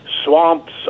swamps